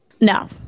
No